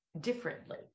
differently